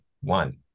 one